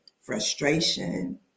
frustration